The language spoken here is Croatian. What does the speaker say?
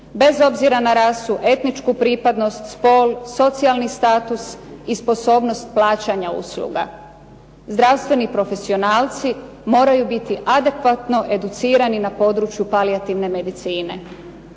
bez obzira na rasu, etničku pripadnost, spol, socijalni status i sposobnost plaćanja usluga. Zdravstveni profesionalci moraju biti adekvatno educirani na području palijativne medicine.